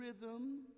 rhythm